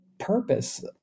purpose